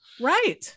Right